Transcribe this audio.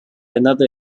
another